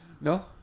No